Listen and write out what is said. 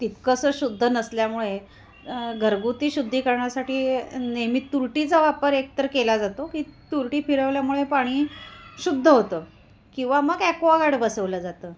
तितकंसं शुद्ध नसल्यामुळे घरगुती शुद्धीकरणासाठी नेहमी तुरटीचा वापर एकतर केला जातो की तुरटी फिरवल्यामुळे पाणी शुद्ध होतं किंवा मग ॲक्वागार्ड बसवलं जातं